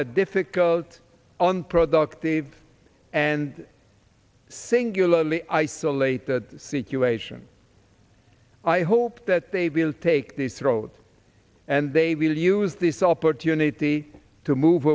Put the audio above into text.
a difficult on productive and singularly isolated situation i hope that they will take this road and they will use this opportunity to move